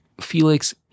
felix